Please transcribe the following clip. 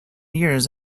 years